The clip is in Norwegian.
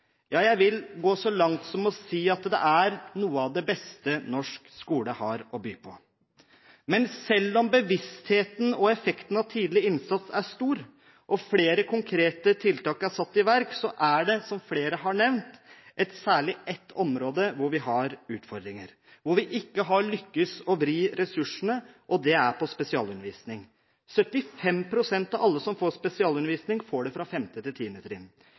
ja, jeg vil gå så langt som å si at det er noe av det beste norsk skole har å by på. Men selv om bevisstheten rundt og effekten av tidlig innsats er stor, og flere konkrete tiltak er satt i verk, er det – som flere har nevnt – særlig ett område hvor vi har utfordringer, hvor vi ikke har lyktes i å vri ressursene, og det er på spesialundervisning. 75 pst. av alle som får spesialundervisning, får det fra 5. til 10. trinn.